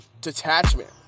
detachment